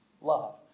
love